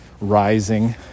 rising